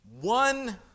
one